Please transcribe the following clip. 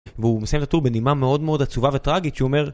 והוא מסיים את הטוב בנימה מאוד מאוד עצובה וטראגית שאומר